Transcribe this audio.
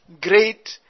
great